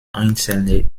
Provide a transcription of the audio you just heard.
einzelne